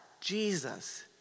Jesus